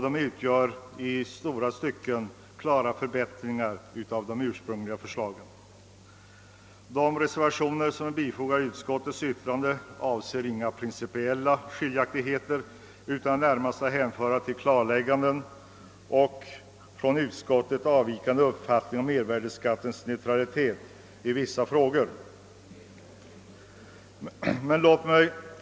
De utgör i stora delar klara förbättringar av de ursprungliga förslagen. De reservationer som fogats vid utskottets betänkande avser inga principiella skiljaktigheter utan är närmast att betrakta som klarlägganden och från utskottsmajoriteten avvikande uppfattningar om mervärdeskattens neutralitet i vissa frågor.